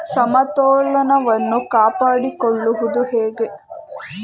ಸಮತೋಲನವನ್ನು ಕಾಪಾಡಿಕೊಳ್ಳುವುದು ಹೇಗೆ?